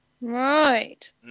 Right